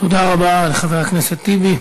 תודה רבה לחבר הכנסת טיבי.